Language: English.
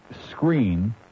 screen